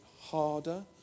harder